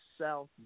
South